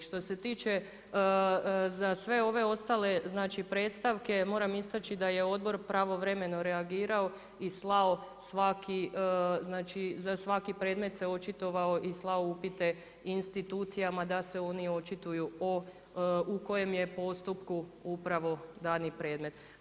Što se tiče za sve ove ostale znači predstavke, moram istaći da je Odbor pravovremeno reagirao i slao svaki, znači za svaki predmet se očitovao i slao upite institucijama da se oni očituju o u kojem je postupku upravo dani predmet.